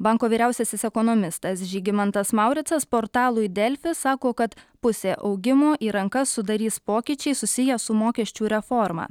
banko vyriausiasis ekonomistas žygimantas mauricas portalui delfi sako kad pusė augimo į rankas sudarys pokyčiai susiję su mokesčių reforma